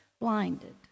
blinded